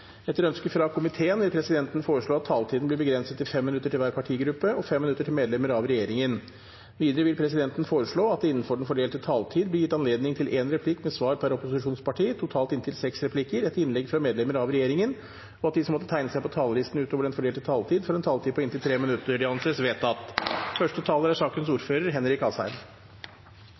Etter ønske fra finanskomiteen vil presidenten foreslå at taletiden blir begrenset til 5 minutter til hver partigruppe og 5 minutter til medlemmer av regjeringen. Videre vil presidenten foreslå at det – innenfor den fordelte taletid – blir gitt anledning til replikkordskifte på én replikk med svar per opposisjonsparti, totalt inntil seks replikker, etter innlegg fra medlemmer av regjeringen, og at de som måtte tegne seg på talerlisten utover den fordelte taletid, får en taletid på inntil 3 minutter. – Det anses vedtatt. Debatten om nysalderingen er